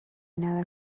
nada